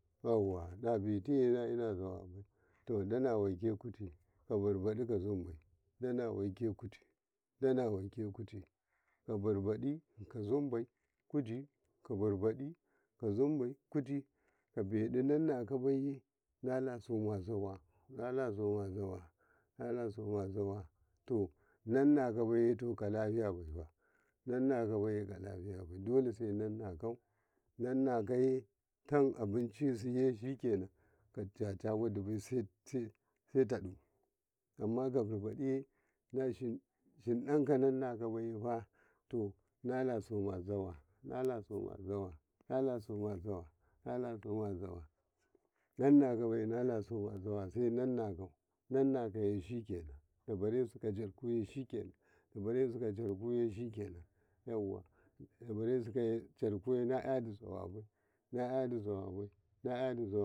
Nabitiye nainanaza wabai danawaike kuti ko birbadakadi ka zunnubai danawaike kuti danawaike kuti danawaike kuti ka birbadi ka zunbai kuti ka birbaka ka zunbai kuti ka bedi nannakabaye nala zoma zawa na la soma zawa nala soma zawa nannakabaye kalafiyabai nannakabaiye kalafiyabai dole sai nanakako nannakaye tan abica siye shiken hankalasu nazusu sai natauna kaye amaka birbadaye hinda ko nannakabaiye nala soma zawa mala soma zawa nala soma zawa nala soma zawa sai nannakaye nannakaye shiken nabi resu charkuye shiken nabaresu ka charkuye nakaea zuwa nakyadu zawa bai nakydi zawa bai.